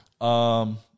Um-